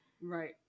Right